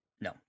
No